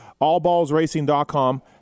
AllBallsRacing.com